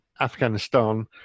Afghanistan